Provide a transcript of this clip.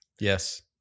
Yes